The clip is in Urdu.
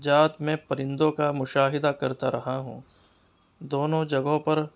جات میں پرندوں کا مشاہدہ کرتا رہا ہوں دونوں جگہوں پر